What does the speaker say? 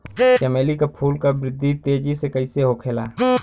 चमेली क फूल क वृद्धि तेजी से कईसे होखेला?